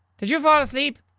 did you fall asleep?